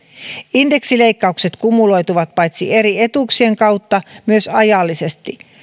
indeksileikkaukset kumuloituvat paitsi eri etuuksien kautta myös ajallisesti